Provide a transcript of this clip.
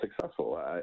successful